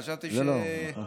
חשבתי, לא, לא.